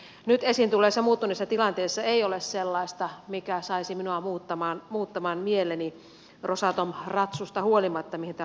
nyt esiin tulleessa muuttuneessa tilanteessa ei ole sellaista mikä saisi minua muuttamaan mieleni rosatom ratsusta huolimatta mihin täällä on viitattu